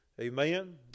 amen